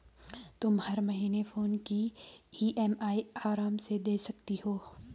तुम हर महीने फोन की ई.एम.आई आराम से दे सकती हो